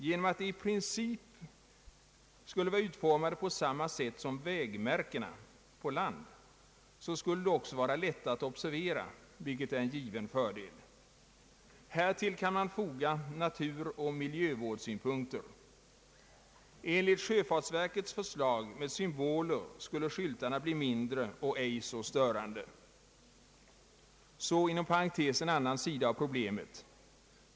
Genom att de i princip skulle vara utformade på samma sätt som vägmärkena på land skulle de också vara lätta att observera, vilket är en given fördel. Härtill kan fogas naturoch miljövårdssynpunkter. Enligt sjöfartsverkets förslag med symboler skulle skyltarna bli mindre och inte så störande. Så inom parentes en annan sida av problemet.